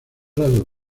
lados